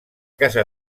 casa